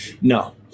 No